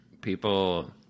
people